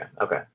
okay